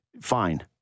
Fine